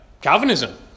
Calvinism